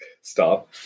Stop